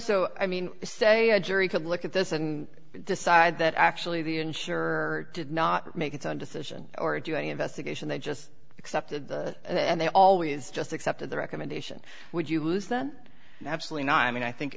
so i mean it's a jury could look at this and decide that actually the insured did not make its own decision or do any investigation they just accepted it and they always just accepted the recommendation would you lose then absolutely not i mean i think